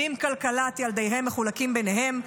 ואם כלכלת ילדיהם מחולקים ביניהם,